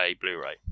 blu-ray